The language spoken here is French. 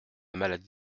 maladie